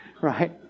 Right